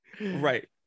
right